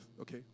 Okay